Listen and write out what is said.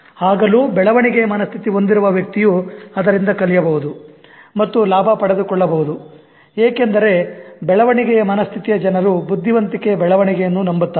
ಆಗಲು ಬೆಳವಣಿಗೆಯ ಮನಸ್ಥಿತಿ ಹೊಂದಿರುವ ವ್ಯಕ್ತಿಯು ಅದರಿಂದ ಕಲಿಯಬಹುದು ಮತ್ತು ಲಾಭ ಪಡೆದುಕೊಳ್ಳಬಹುದು ಏಕೆಂದರೆ ಬೆಳವಣಿಗೆಯ ಮನಸ್ಥಿತಿಯ ಜನರು ಬುದ್ಧಿವಂತಿಕೆಯ ಬೆಳವಣಿಗೆಯನ್ನು ನಂಬುತ್ತಾರೆ